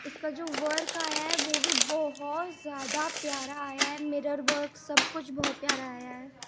اس کا جو ورک آیا ہے وہ بھی بہت زیادہ پیارا آیا ہے میرر ورک سب کچھ بہت پیارا آیا ہے